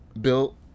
built